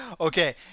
Okay